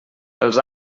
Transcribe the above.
els